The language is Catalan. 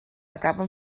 acaba